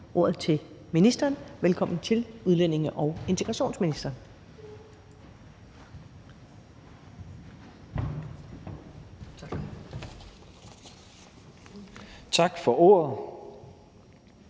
ordet til ministeren. Velkommen til udlændinge- og integrationsministeren. Kl.